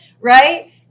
right